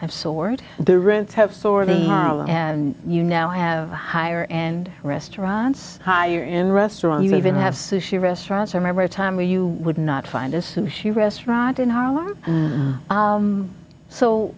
have soared and you now have higher and restaurants higher in restaurant you even have sushi restaurants remember a time where you would not find a sushi restaurant in harlem